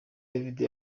davido